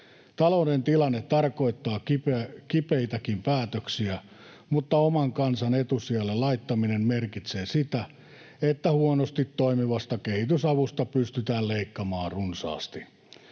Talouden tilanne tarkoittaa kipeitäkin päätöksiä, mutta oman kansan etusijalle laittaminen merkitsee sitä, että huonosti toimivasta kehitysavusta pystytään leikkaamaan runsaasti.